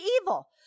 evil